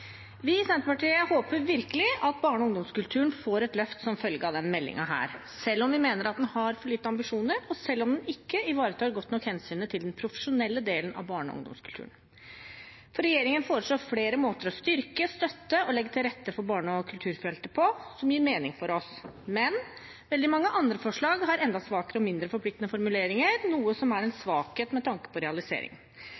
Vi i Senterpartiet håper virkelig at barne- og ungdomskulturen får et løft som følge av denne meldingen, selv om vi mener at den har for få ambisjoner, og selv om den ikke ivaretar godt nok hensynet til den profesjonelle delen av barne- og ungdomskulturen. Regjeringen foreslår flere måter å styrke, støtte og legge til rette for barne- og kulturfeltet på som gir mening for oss, men veldig mange andre forslag har enda svakere og mindre forpliktende formuleringer, noe som er en